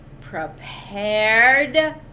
prepared